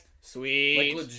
sweet